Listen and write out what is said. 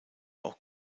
auch